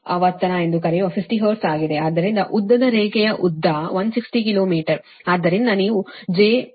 ಆದ್ದರಿಂದ ಉದ್ದದ ರೇಖೆಯ ಉದ್ದ 160 ಕಿಲೋ ಮೀಟರ್